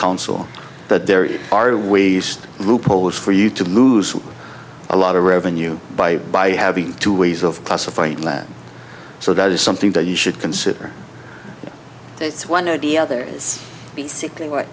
council that there are two ways loopholes for you to lose a lot of revenue by by having two ways of classifying land so that is something that you should consider it's one of the other it's basically what